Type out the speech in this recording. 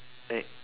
eight